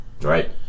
Right